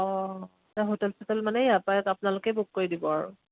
অঁ হোটেল চোটেল মানে ইয়াৰ পৰাই আপোনালোকে বুক কৰি দিব আৰু